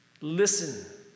listen